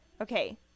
Okay